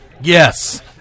Yes